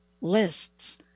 lists